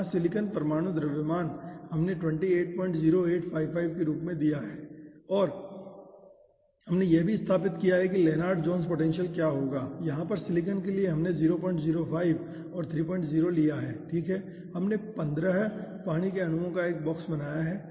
यहां सिलिकॉन परमाणु द्रव्यमान हमने 280855 के रूप में दिया है और हमने यह भी स्थापित किया है कि लेनार्ड जोन्स पोटेंशियल क्या होगा यहां पर सिलिकॉन के लिए हमने 005 और 30 लिया है ठीक है हमने 15 पानी के अणुओं का एक बॉक्स बनाया है